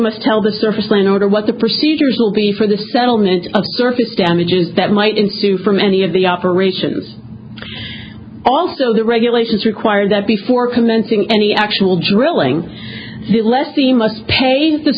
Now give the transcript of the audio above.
must tell the surface plane order what the procedures will be for the settlement of surface damages that might ensue from any of the operations also the regulations require that before commencing any actual drilling the lessee must pay the